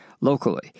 locally